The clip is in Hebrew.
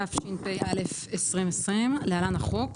התשפ"א-2020 (להלן החוק),